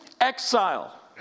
exile